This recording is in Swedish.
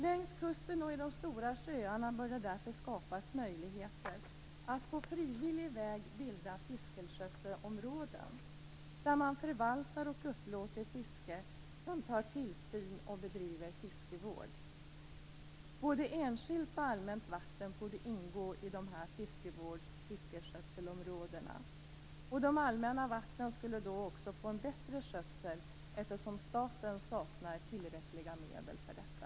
Längs kusten och i de stora sjöarna bör det därför skapas möjligheter att på frivillig väg bilda fiskeskötselområden där man förvaltar och upplåter fiske samt har tillsyn och bedriver fiskevård. Både enskilt och allmänt vatten borde kunna ingå i dessa fiskevårdsoch fiskeskötselområden. De allmänna vattnen skulle då också få en bättre skötsel, eftersom staten saknar tillräckliga medel för detta.